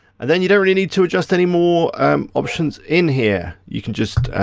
and then you don't really need to adjust any more um options in here, you can just,